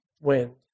wind